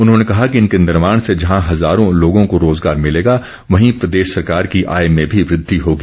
उन्होंने कहा कि इनके निर्माण से जहां हजारों लोगों को रोजगार मिलेगा वहीं प्रदेश सरकार की आय में भी वृद्धि होगी